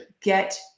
get